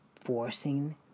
forcing